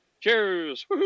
cheers